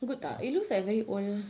good tak it looks like very old